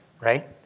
Right